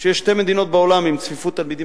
שיש שתי מדינות בעולם עם צפיפות תלמידים